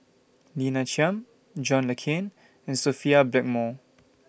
Lina Chiam John Le Cain and Sophia Blackmore